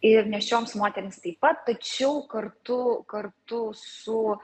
ir nėščioms moterims taip pat tačiau kartu kartu su